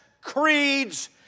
creeds